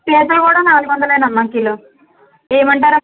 పీతలు కూడా నాలుగొందలేనమ్మా కిలో ఇవ్వమంటారా